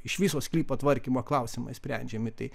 iš viso sklypo tvarkymo klausimai sprendžiami tai